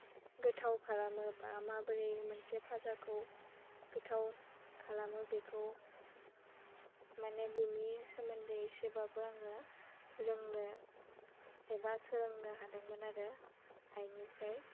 गोथाव खालामो बा माबोरै मोनसे फाजाखौ गोथाव खालामो बेखौ माने बेनि सोमोन्दै एसेबाबो आङो रोंनो एबा सोलोंनो हादोंमोन आरो आइनिफ्राय